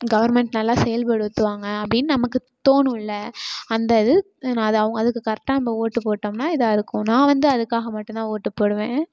government நல்லா செயல்படுத்துவாங்க அப்படின்னு நமக்கு தோணும்லே அந்த இது நான் அது அவங்க அதுக்கு கரெக்டாக நம்ம ஓட்டு போட்டோம்னால் இதாக இருக்கும் நான் வந்து அதுக்காக மட்டும் தான் ஓட்டு போடுவேன்